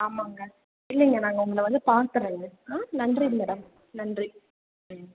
ஆமாம்ங்க இல்லைங்க நாங்கள் உங்களை வந்து பாத்துடுறேங்க ஆ நன்றி மேடம் நன்றி ம்